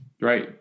Right